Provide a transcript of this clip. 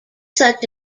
such